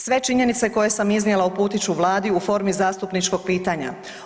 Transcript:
Sve činjenice koje sam iznijela uputiti ću Vladi u formi zastupničkog pitanja.